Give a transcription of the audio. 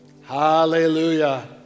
Hallelujah